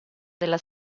della